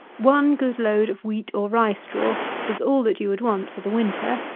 one good load of wheat or rye straw is all that you would want for the winter,